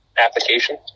application